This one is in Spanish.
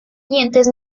siguientes